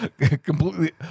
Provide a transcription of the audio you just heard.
completely